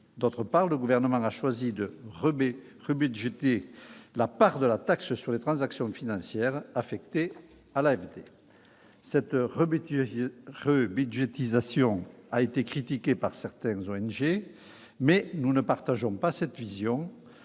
d'autre part, le Gouvernement a choisi de « rebudgétiser » la part de la taxe sur les transactions financières affectée à l'AFD. Cette rebudgétisation a été critiquée par certaines ONG, mais nous ne partageons pas cette vision.